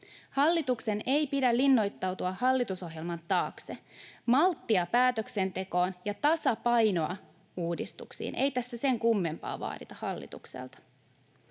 Hallituksen ei pidä linnoittautua hallitusohjelman taakse. Malttia päätöksentekoon ja tasapainoa uudistuksiin — ei tässä sen kummempaa vaadita hallitukselta.